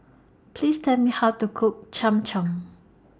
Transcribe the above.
Please Tell Me How to Cook Cham Cham